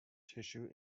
tissue